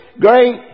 great